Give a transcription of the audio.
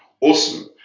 Awesome